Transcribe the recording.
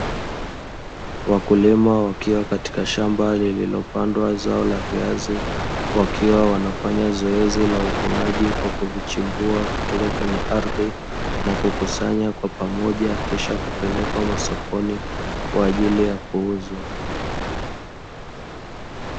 Wakulima wakiwa katika shamba lililopandwa zao la viazi, wakiwa wanafanya zoezi la uvunaji kwa kuchipua kutoka kwenye ardhi na kukusanya kwa pamoja kisha kupelekwa masokoni kwa ajili ya kuuzwa.